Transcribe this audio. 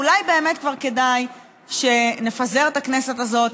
אולי באמת כבר כדאי שנפזר את הכנסת הזאת,